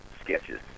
sketches